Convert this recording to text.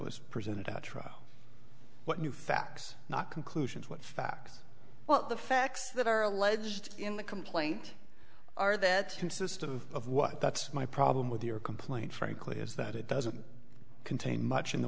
was presented at trial what new facts not conclusions what facts well the facts that are alleged in the complaint are that consist of of what that's my problem with your complaint frankly is that it doesn't contain much in the